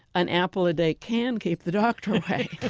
an apple a day can keep the doctor away